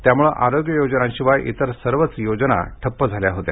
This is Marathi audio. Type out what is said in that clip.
त्यामुळे आरोग्य योजनांशिवाय इतर सर्वच यजना ठप्प झाल्या होत्या